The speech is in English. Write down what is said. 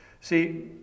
see